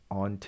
on